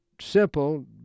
simple